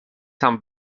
tam